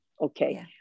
Okay